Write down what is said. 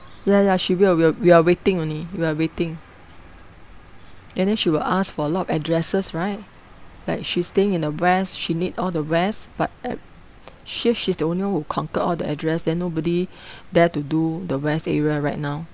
ya ya she will we're we are waiting only we are waiting and then she will ask for a lot addresses right like she staying in the west she need all the west but a~ sure she's the only one who conquer all the address there nobody dare to do the west area right now